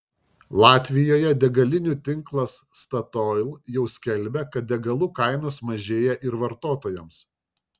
latvijoje degalinių tinklas statoil jau skelbia kad degalų kainos mažėja ir vartotojams